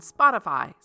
Spotify